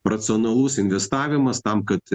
racionalus investavimas tam kad